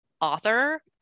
author